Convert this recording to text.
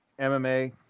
MMA